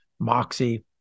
Moxie